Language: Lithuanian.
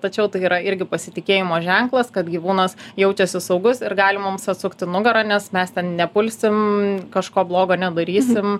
tačiau tai yra irgi pasitikėjimo ženklas kad gyvūnas jaučiasi saugus ir gali mums atsukti nugarą nes mes ten nepulsim kažko blogo nedarysim